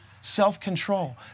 self-control